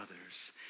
others